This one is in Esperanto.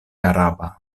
araba